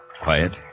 Quiet